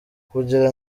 kungira